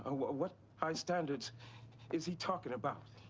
ah what what high standards is he talking about?